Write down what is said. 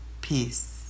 Peace